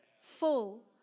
full